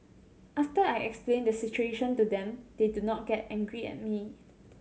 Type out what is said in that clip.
after I explain the situation to them they do not get angry at me